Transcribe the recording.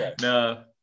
No